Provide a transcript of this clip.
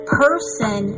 person